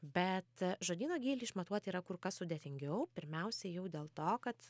bet žodyno gylį išmatuoti yra kur kas sudėtingiau pirmiausiai jau dėl to kad